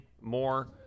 more